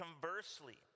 conversely